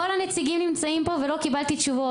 כל הנציגים נמצאים פה ולא קיבלתי תשובות,